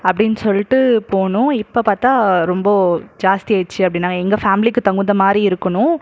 அப்படின்னு சொல்லிட்டு போனோம் இப்போ பார்த்தா ரொம்ப ஜாஸ்தியாயிடுச்சு அப்படின்னாங்க எங்கள் ஃபேம்லிக்கு தகுந்த மாதிரி இருக்கணும்